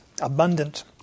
abundant